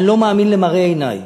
אני לא מאמין למראה עיני.